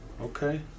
Okay